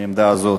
מהעמדה הזאת.